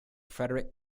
frederick